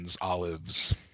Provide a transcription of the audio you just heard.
olives